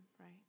right